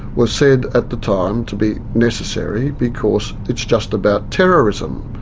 were said at the time to be necessary because it's just about terrorism.